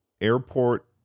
airport